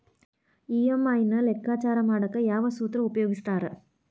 EMI ನ ಲೆಕ್ಕಾಚಾರ ಮಾಡಕ ಯಾವ್ ಸೂತ್ರ ಉಪಯೋಗಿಸ್ತಾರ